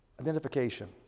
Identification